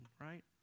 right